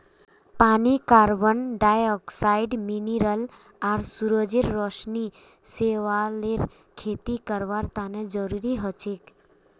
पानी carbon dioxide mineral आर सूरजेर रोशनी शैवालेर खेती करवार तने जरुरी हछेक